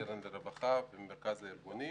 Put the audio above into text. הקרן לרווחה לנפגעי השואה בישראל ומרכז הארגונים